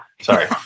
Sorry